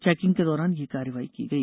checking के दौरान यह कार्यवाही की गई